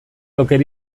oker